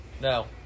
No